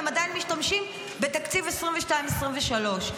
והם עדיין משתמשים בתקציב 20222023 .